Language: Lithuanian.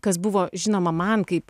kas buvo žinoma man kaip